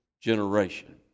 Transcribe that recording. generation